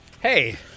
Hey